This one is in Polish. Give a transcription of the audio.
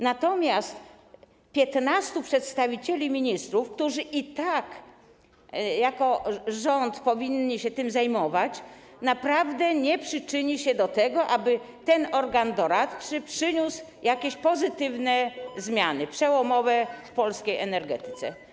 Natomiast 15 przedstawicieli ministrów, którzy i tak jako rząd powinni się tym zajmować, naprawdę nie przyczyni się do tego, aby ten organ doradczy przyniósł jakieś pozytywne zmiany, przełomowe w polskiej energetyce.